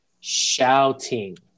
Shouting